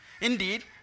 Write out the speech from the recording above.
Indeed